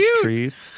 trees